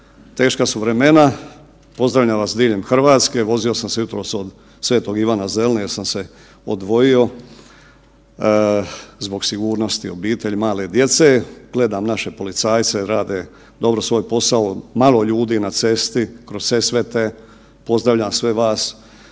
Teška su vremena, pozdravljam vas diljem RH. Vozio sam se jutros od Svetog Ivana Zeline jer sam se odvojio zbog sigurnosti obitelji, male djece. Gledam naše policajce, rade dobro svoj posao, malo ljudi na cesti kroz Sesvete. Pozdravljam sve vas.